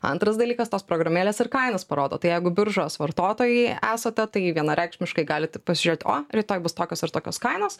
antras dalykas tos programėlės ir kainas parodo tai jeigu biržos vartotojai esate tai vienareikšmiškai galit pasižiūrėt o rytoj bus tokios ir tokios kainos